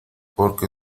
porque